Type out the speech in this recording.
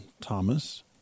Thomas